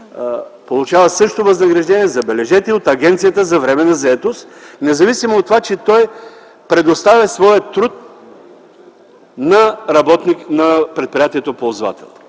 получават същото възнаграждение, забележете, от Агенцията за временна заетост, независимо от това, че той предоставя своя труд на предприятието – ползвател.